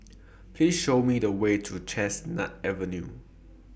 Please Show Me The Way to Chestnut Avenue